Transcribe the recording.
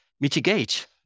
mitigate